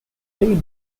played